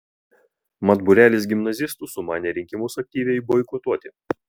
mat būrelis gimnazistų sumanė rinkimus aktyviai boikotuoti